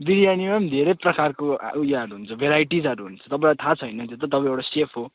बिरियानी पनि धेरै प्रकारको उयोहरू हुन्छ भेराइटिजहरू हुन्छ तपाईँलाई थाह छ होइन त्यो त तपाईँ एउटा सेफ हो